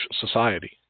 society